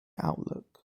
outlook